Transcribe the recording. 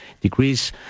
degrees